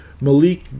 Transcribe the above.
Malik